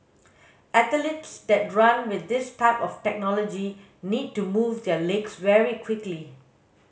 athletes that run with this type of technology need to move their legs very quickly